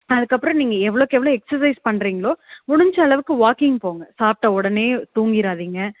அதுக்கு அப்புறோம் நீங்கள் எவ்வளோக்கு எவ்வளோ எக்சசைஸ் பண்ணுறீங்ளோ முடிஞ்ச அளவுக்கு வாக்கிங் போங்க சாப்பிட்ட உடனே தூங்கிறாதிங்க